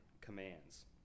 commands